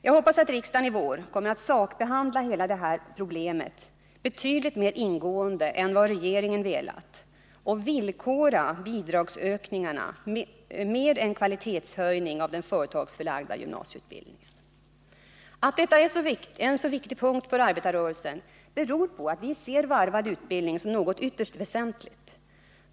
Jag hoppas att riksdagen i vår kommer att sakbehandla hela detta problem betydligt mer ingående än vad regeringen velat och villkora bidragsökningarna med en kvalitetshöjning beträffande den företagsförlagda gymnasieutbildningen. Att detta är en så viktig punkt för arbetarrörelsen beror på att vi ser varvad utbildning som något ytterst väsentligt.